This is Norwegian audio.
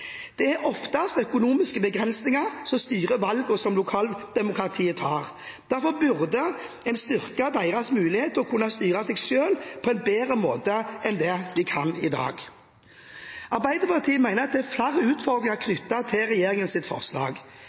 Det er som oftest økonomiske begrensninger som styrer valgene som lokaldemokratiet tar. Derfor burde en styrke deres mulighet til å kunne styre seg selv på en bedre måte enn det de kan i dag. Arbeiderpartiet mener at det er flere utfordringer knyttet til regjeringens forslag.